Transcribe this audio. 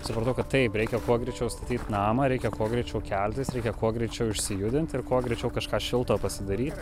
supratau kad taip reikia kuo greičiau statyt namą reikia kuo greičiau keltis reikia kuo greičiau išsijudint ir kuo greičiau kažką šilto pasidaryt